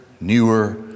newer